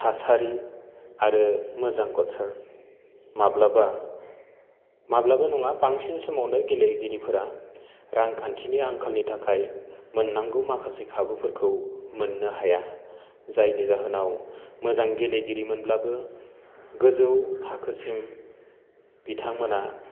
थासारि आरो मोजां खसार माब्लाबा माब्लाबा नङा बांसिन समावनो गेलेगिरिफ्रा रांखान्थिनि आंखालनि थाखाय मोननांगौ माखासे खाबुफोरखौ मोननो हाया जायनि जाहोनाव मोजां गेलेगिरिमोनब्लाबो गोजौ थाखोसिम बिथांमोनहा